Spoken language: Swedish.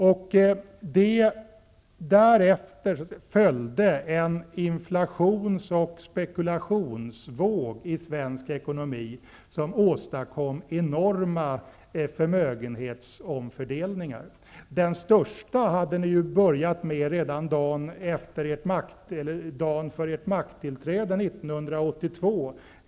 Efter detta följde en inflations och spekulationsvåg i svensk ekonomi, som åstadkom enorma omfördelningar av förmögenheter. Det viktigaste steget i den riktningen hade Socialdemokraterna tagit redan på dagen för sitt makttillträde efter valet 1982.